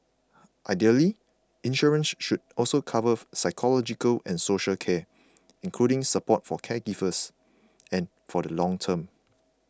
ideally insurance should also cover psychological and social care including support for caregivers and for the long term